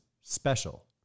special